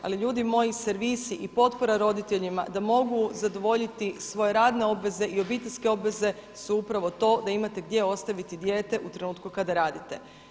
Ali ljudi moji, servisi i potpora roditeljima da mogu zadovoljiti svoje radne obveze i obiteljske obveze su upravo to da imate gdje ostaviti dijete u trenutku kada radite.